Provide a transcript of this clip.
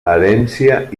herència